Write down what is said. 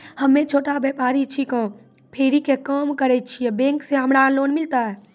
हम्मे छोटा व्यपारी छिकौं, फेरी के काम करे छियै, बैंक से हमरा लोन मिलतै?